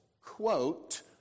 quote